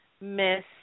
miss